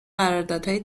قراردادهای